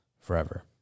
forever